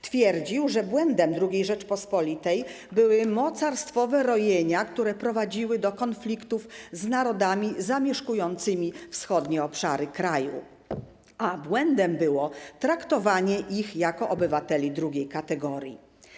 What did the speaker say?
Twierdził, że błędem II Rzeczypospolitej były mocarstwowe rojenia, które prowadziły do konfliktów z narodami zamieszkującymi wschodnie obszary kraju, a błędem było traktowanie ich jako obywateli drugiej kategorii.